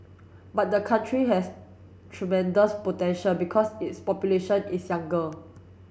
but the country has tremendous potential because its population is younger